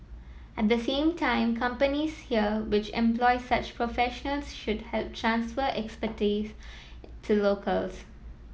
at the same time companies here which employ such professionals should help transfer expertise to locals